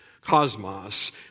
Cosmos